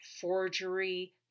forgery